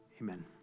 amen